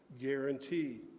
guarantee